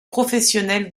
professionnel